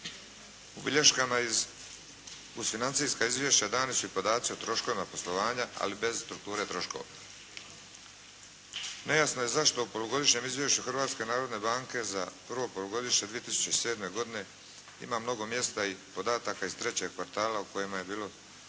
U bilješkama uz financijska izvješća dani su i podaci o troškovima poslovanja, ali bez strukture troškova. Nejasno je zašto u polugodišnjem izvješću Hrvatske narodne banke za prvo polugodište 2007. godine ima mnogo mjesta i podataka iz trećeg kvartala o kojima je bilo